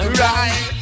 right